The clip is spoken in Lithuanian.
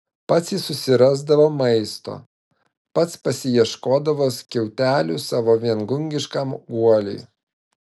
pats jis susirasdavo maisto pats pasiieškodavo skiautelių savo viengungiškam guoliui